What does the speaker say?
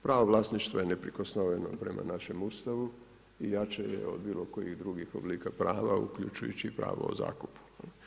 Pravo vlasništvo je neprikosnoveno prema našem Ustavu i jače je od bilokojih drugih oblika prava uključujući i pravo o zakupu.